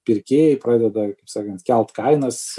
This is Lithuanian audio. pirkėjai pradeda kaip sakant kelt kainas